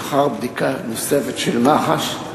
לאחר בדיקה נוספת של מח"ש,